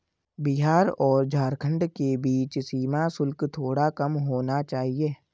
बिहार और झारखंड के बीच सीमा शुल्क थोड़ा कम होना चाहिए